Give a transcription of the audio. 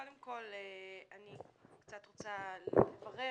קודם כל אני קצת רוצה לברר,